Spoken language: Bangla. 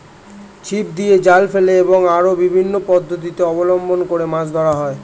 ছিপ দিয়ে, জাল ফেলে এবং আরো বিভিন্ন পদ্ধতি অবলম্বন করে মাছ ধরা হয়